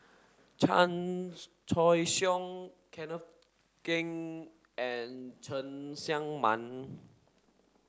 Chan Choy Siong Kenneth Keng and Cheng Tsang Man